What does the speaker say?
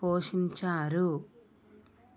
పోషించారు